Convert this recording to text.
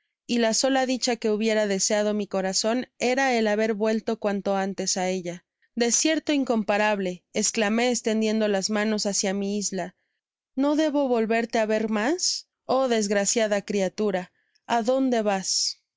y la sola dicha que hubiera deseado mi corazon era el haber vuelto cuanto antes á ella desierto incomparable esclamé estendiendo las manos hácia mi isla no debo volverte á ver mas oh desgraciada criatura adónde vas